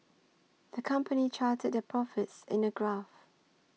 the company charted their profits in a graph